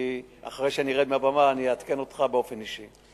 אחרי שאני ארד מהבמה אני אעדכן אותך באופן אישי.